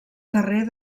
carrer